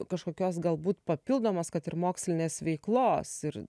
kažkokios galbūt papildomos kad ir mokslinės veiklos ir